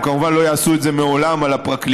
הם כמובן לא יעשו את זה לעולם על הפרקליטות,